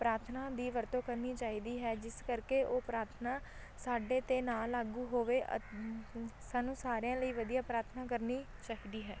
ਪ੍ਰਾਰਥਨਾ ਦੀ ਵਰਤੋਂ ਕਰਨੀ ਚਾਹੀਦੀ ਹੈ ਜਿਸ ਕਰਕੇ ਉਹ ਪ੍ਰਾਰਥਨਾ ਸਾਡੇ 'ਤੇ ਨਾ ਲਾਗੂ ਹੋਵੇ ਸਾਨੂੰ ਸਾਰਿਆਂ ਲਈ ਵਧੀਆ ਪ੍ਰਾਰਥਨਾ ਕਰਨੀ ਚਾਹੀਦੀ ਹੈ